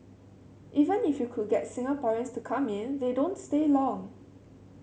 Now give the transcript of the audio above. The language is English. even if you could get Singaporeans to come in they don't stay long